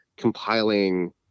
Compiling